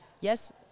yes